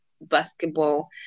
basketball